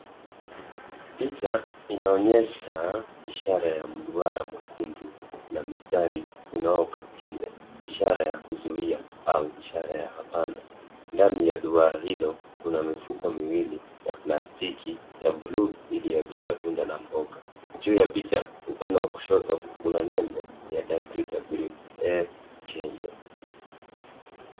Picha inaonyesha ishara ya mduara mwekundu na mistari unaokatiza ishara ya kuzuia au ishara ya hapana. Ndani ya duara hilo kuna mifuko miwili ya plastiki ya blue iliyojaa matunda na mboga. Juu ya picha upande wa kushoto kuna nembo ya WWF Kenya .